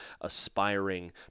aspiring